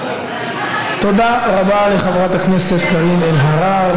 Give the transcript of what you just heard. תודה רבה לחברת הכנסת קארין אלהרר.